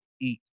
eat